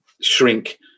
shrink